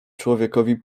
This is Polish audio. człowiekowi